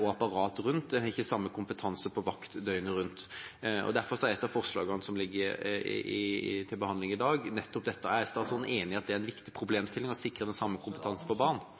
og apparat rundt. De har ikke samme kompetanse på vakt døgnet rundt. Derfor er et av forslagene som ligger til behandling i dag, nettopp om dette. Er statsråden enig i at det er en viktig problemstilling å